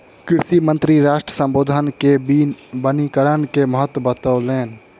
कृषि मंत्री राष्ट्र सम्बोधन मे वनीकरण के महत्त्व बतौलैन